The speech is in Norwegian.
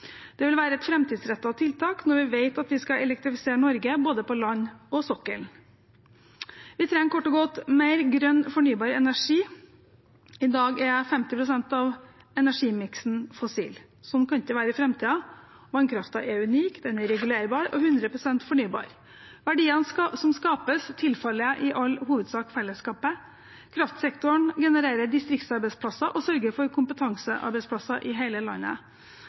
Det vil være et framtidsrettet tiltak når vi vet at vi skal elektrifisere Norge både på land og på sokkelen. Vi trenger kort og godt mer grønn fornybar energi. I dag er 50 pst. av energimiksen fossil. Sånn kan det ikke være i framtiden. Vannkraften er unik, den er regulerbar og 100 pst. fornybar. Verdiene som skapes, tilfaller i all hovedsak fellesskapet. Kraftsektoren genererer distriktsarbeidsplasser og sørger for kompetansearbeidsplasser i hele landet.